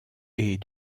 est